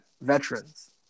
veterans